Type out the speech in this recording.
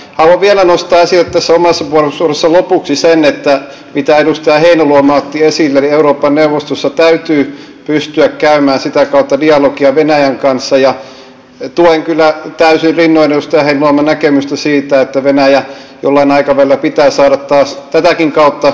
haluan vielä nostaa esille tässä omassa puheenvuoro osuudessa lopuksi sen mitä edustaja heinäluoma otti esille eli euroopan neuvostossa täytyy pystyä käymään sitä kautta dialogia venäjän kanssa ja tuen kyllä täysin rinnoin edustaja heinäluoman näkemystä siitä että venäjä jollain aikavälillä pitää saada taas tätäkin kautta dialogikumppaniksi